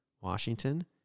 Washington